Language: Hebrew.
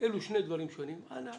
אנא